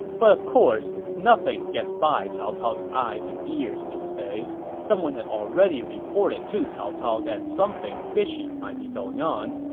but of course, nothing gets by cao cao's eyes and ears these days. someone had already reported to cao cao that something fishy might be going on,